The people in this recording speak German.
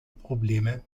probleme